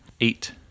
Eight